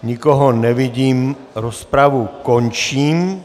Nikoho nevidím, rozpravu končím.